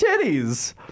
titties